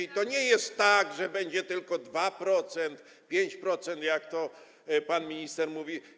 I to nie jest tak, że będzie tylko 2%, 5%, jak to pan minister mówi.